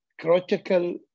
critical